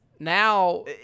now